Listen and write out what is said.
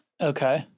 Okay